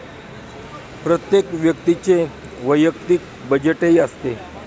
प्रत्येक व्यक्तीचे वैयक्तिक बजेटही असते